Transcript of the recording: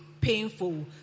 painful